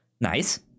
Nice